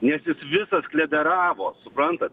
nes visas kledaravo suprantat